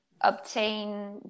obtain